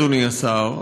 אדוני השר,